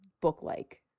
book-like